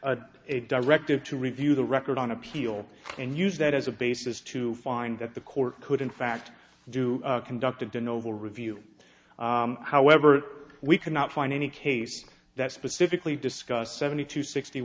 directive to review the record on appeal and use that as a basis to find that the court could in fact do conducted a noble review however we cannot find any case that specifically discussed seventy two sixty